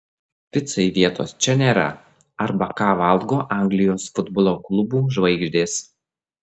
picai vietos čia nėra arba ką valgo anglijos futbolo klubų žvaigždės